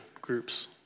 groups